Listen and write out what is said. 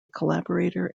collaborator